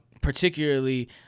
particularly